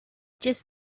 just